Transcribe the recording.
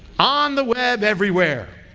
on the web everywhere.